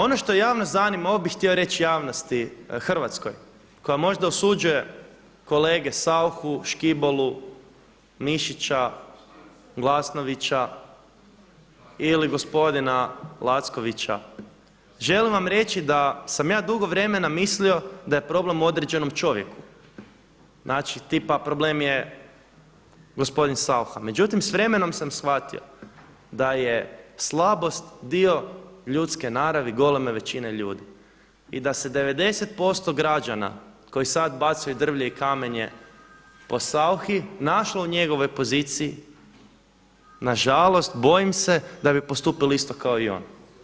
Ono što javnost zanima, ovo bi htio reći javnosti hrvatskoj koja možda osuđuje kolege Sauchu, Škibolu, Mišića, Glasnovića ili gospodina Lackovića, želim vam reći da ja dugo vremena mislio da je problem u određenom čovjeku znači tipa problem je gospodin Saucha, međutim s vremenom sam shvatio da je slabost dio ljudske naravi goleme većina ljudi i da se 90% građana koji sada bacaju drvlje i kamenje po Sauchi našlo u njegovoj poziciji, nažalost, bojim se da bi postupili isto kao i on.